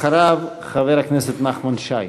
אחריו, חבר הכנסת נחמן שי.